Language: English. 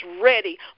ready